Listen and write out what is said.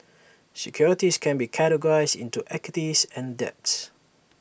securities can be categorized into equities and debts